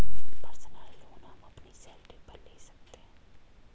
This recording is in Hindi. पर्सनल लोन हम अपनी सैलरी पर ले सकते है